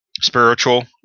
spiritual